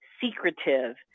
secretive